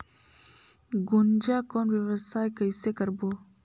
गुनजा कौन व्यवसाय कइसे करबो?